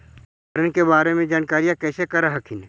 उपकरण के बारे जानकारीया कैसे कर हखिन?